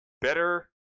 Better